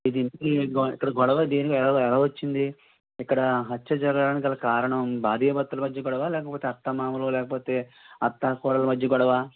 ఇది ఇంతకీ ఇక్కడ గొడవ దేనికి ఎల ఎలా వచ్చింది ఇక్కడ హత్య జరగడానికి గల కారణం భార్యా భర్తల మధ్య గొడవా లేకపోతే అత్తా మామలో లేకపోతే అత్తా కోడళ్ళ మధ్య గొడవా